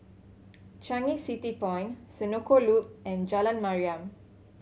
Changi City Point Senoko Loop and Jalan Mariam